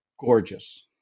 gorgeous